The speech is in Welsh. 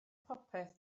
popeth